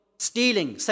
Stealing